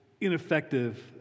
ineffective